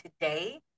today